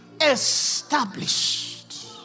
established